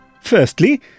Firstly